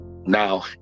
Now